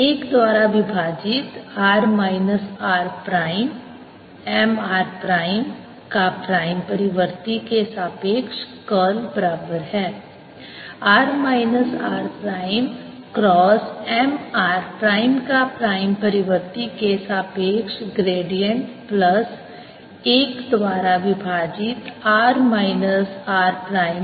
1 द्वारा विभाजित r minus r prime M r prime का प्राइम परिवर्ती के सापेक्ष कर्ल बराबर है r minus r prime cross M r prime का प्राइम परिवर्ती के सापेक्ष ग्रेडिएंट प्लस 1 द्वारा विभाजित r minus r prime curl M r prime